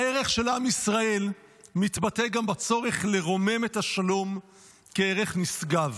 הערך של עם ישראל מתבטא גם בצורך לרומם את השלום כערך נשגב.